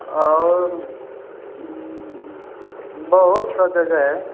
और बहुत सा जगह है